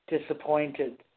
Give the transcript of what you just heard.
disappointed